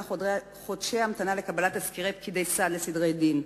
חודשי המתנה לקבלת תסקירי פקידי סעד לסדרי דין,